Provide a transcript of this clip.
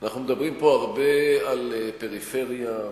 אנחנו מדברים פה הרבה על פריפריה,